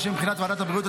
הרי שמבחינת ועדת הבריאות,